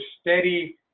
steady